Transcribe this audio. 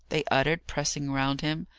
they uttered, pressing round him.